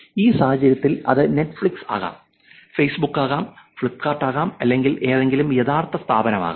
ഈ സാഹചര്യത്തിൽ അത് നെറ്റ്ഫ്ലിക്സ് ആകാം ഫേസ്ബുക്ക് ആകാം ഫ്ലിപ്കാർട്ട് ആകാം അല്ലെങ്കിൽ ഏതെങ്കിലും യഥാർത്ഥ സ്ഥാപനം ആകാം